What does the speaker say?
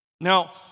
Now